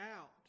out